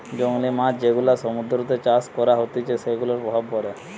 জংলী মাছ যেগুলা সমুদ্রতে চাষ করা হতিছে সেগুলার প্রভাব পড়ে